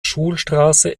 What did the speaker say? schulstraße